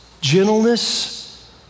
gentleness